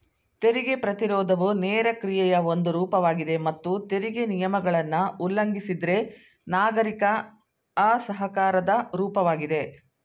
ತೆರಿಗೆ ಪ್ರತಿರೋಧವು ನೇರ ಕ್ರಿಯೆಯ ಒಂದು ರೂಪವಾಗಿದೆ ಮತ್ತು ತೆರಿಗೆ ನಿಯಮಗಳನ್ನ ಉಲ್ಲಂಘಿಸಿದ್ರೆ ನಾಗರಿಕ ಅಸಹಕಾರದ ರೂಪವಾಗಿದೆ